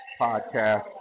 podcast